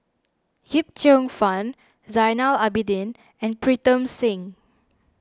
Yip Cheong Fun Zainal Abidin and Pritam Singh